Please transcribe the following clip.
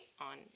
on